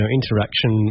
interaction